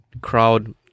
crowd